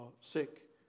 sick